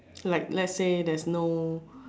like let's say there's no